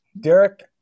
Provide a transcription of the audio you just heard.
Derek